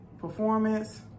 performance